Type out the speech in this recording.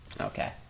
Okay